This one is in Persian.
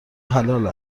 حلال